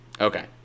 Okay